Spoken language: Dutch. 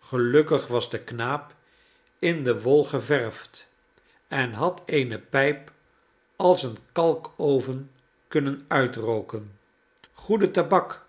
gelukkig was de knaap in de wol geverwd en had eene pijp als een kalkoven kunnen uitrooken goede tabak